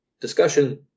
discussion